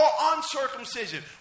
uncircumcision